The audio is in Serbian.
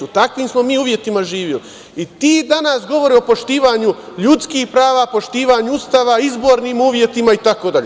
U takvim smo mi uslovima živeli i ti danas govore o poštovanju ljudskih prava, poštovanju Ustava, izbornim uslovima itd.